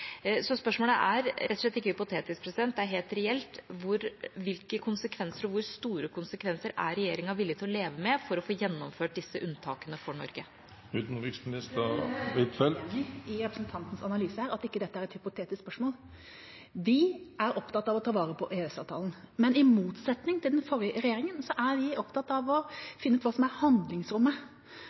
Så spørsmålet er rett og slett ikke hypotetisk, det er helt reelt. Hvilke konsekvenser og hvor store konsekvenser er regjeringa villig til å leve med for å få gjennomført disse unntakene for Norge? Jeg er veldig uenig i representantens analyse her, at dette ikke er et hypotetisk spørsmål. Vi er opptatt av å ta vare på EØS-avtalen, men i motsetning til den forrige regjeringa er vi opptatt av å finne ut hva som er handlingsrommet.